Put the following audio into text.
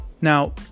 Now